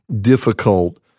difficult